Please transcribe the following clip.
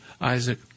Isaac